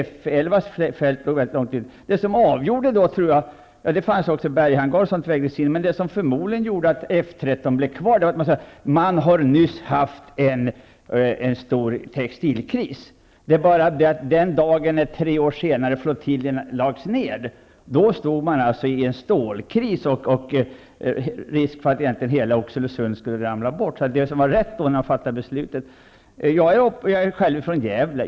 F 11:s fält låg väldigt långt ut. Det fanns också berghangar och sådant som vägdes in. Men det som förmodligen gjorde att F 13 blev kvar var att man sade att Norrköping nyss drabbats av en stor textilkris. Det var bara det att den dag tre år senare när flottiljen lades ned stod man mitt uppe i en stålkris med risk för att hela Oxelösund skulle ramla bort. Det som var rätt när beslutet fattades gällde inte längre när beslutet verkställdes. Jag är själv från Gävle.